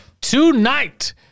tonight